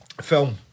film